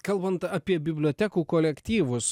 kalbant apie bibliotekų kolektyvus